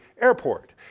Airport